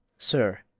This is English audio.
sir,